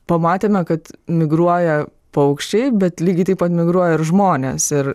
pamatėme kad migruoja paukščiai bet lygiai taip pat migruoja ir žmonės ir